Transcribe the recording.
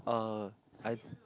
uh I